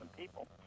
people